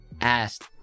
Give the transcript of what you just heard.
asked